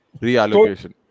Reallocation